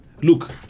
Look